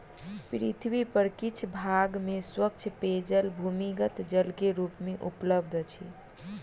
पृथ्वी पर किछ भाग में स्वच्छ पेयजल भूमिगत जल के रूप मे उपलब्ध अछि